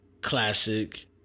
Classic